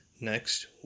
next